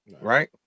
Right